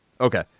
Okay